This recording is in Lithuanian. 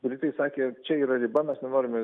britai sakė čia yra riba mes nenorime